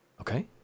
Okay